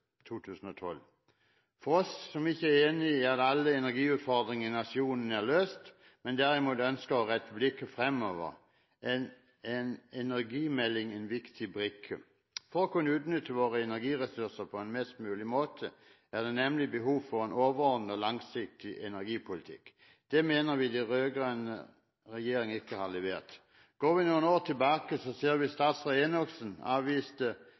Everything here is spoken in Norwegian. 2012. For oss som ikke er enig i at alle energiutfordringer i nasjonen er løst, men derimot ønsker å rette blikket fremover, er en energimelding en viktig brikke. For å kunne utnytte våre energiressurser på en best mulig måte er det nemlig behov for en overordnet og langsiktig energipolitikk. Det mener vi den rød-grønne regjeringen ikke har levert. Går vi noen år tilbake, ser vi at statsråd Enoksen